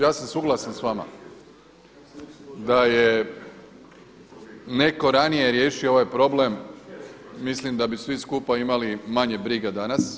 Ja sam suglasan sa vama da je netko ranije riješio ovaj problem mislim da bi svi skupa imali manje briga danas.